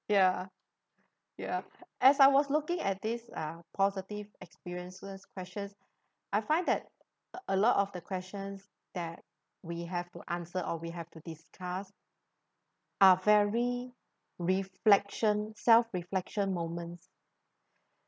ya ya as I was looking at this uh positive experience list questions I find that a lot of the questions that we have to answer or we have to discuss are very reflection self reflection moments